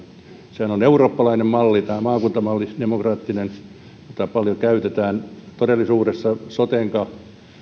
maakuntamallihan on eurooppalainen malli demokraattinen malli jota paljon käytetään todellisuudessa sotenkaan